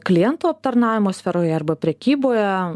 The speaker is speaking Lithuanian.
klientų aptarnavimo sferoje arba prekyboje